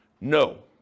no